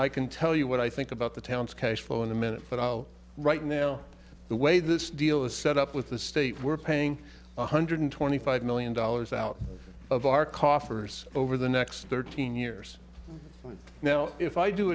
i can tell you what i think about the town's cash flow in a minute but out right now the way this deal is set up with the state we're paying one hundred twenty five million dollars out of our coffers over the next thirteen years now if i do